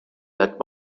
that